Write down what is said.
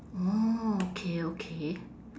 orh okay okay